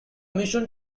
mission